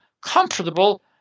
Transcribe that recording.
comfortable